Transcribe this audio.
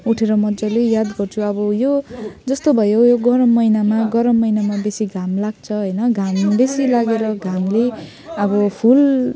उठेर मजाले याद गर्छु अब यो जस्तो भयो यो गरम महिनामा गरम महिनामा बेसी घाम लाग्छ होइन घाम बेसी लागेर घामले अब फुल